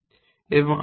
এবং আরও অনেক কিছু